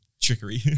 Trickery